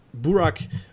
Burak